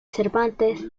cervantes